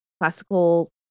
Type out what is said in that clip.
Classical